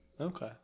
Okay